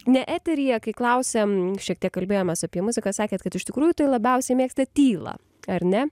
ne eteryje kai klausėm šiek tiek kalbėjomės apie muziką sakėt kad iš tikrųjų tai labiausiai mėgstat tylą ar ne